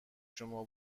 شما